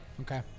Okay